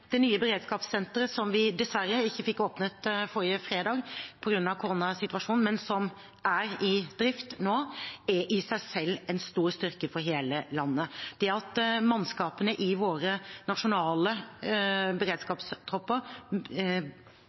det nå. Det nye beredskapssenteret, som vi dessverre ikke fikk åpnet forrige fredag på grunn av koronasituasjonen, men som er i drift nå, er i seg selv en stor styrke for hele landet. Det at mannskapene i våre nasjonale beredskapstropper